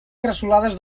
cresolades